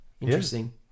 Interesting